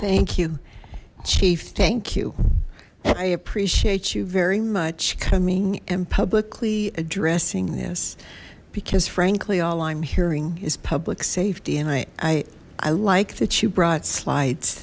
thank you chief thank you i appreciate you very much coming and publicly addressing this because frankly all i'm hearing is public safety and i i like that you brought slides